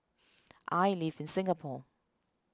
I live in Singapore